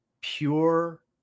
pure